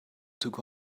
took